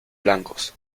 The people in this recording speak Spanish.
blancos